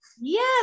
yes